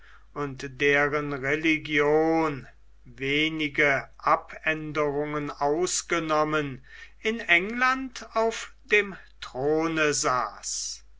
und deren religion wenige abänderungen ausgenommen in england auf dem throne saß